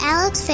Alex